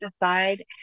decide